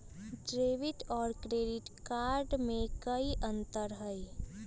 Debit और credit card में कई अंतर हई?